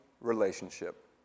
relationship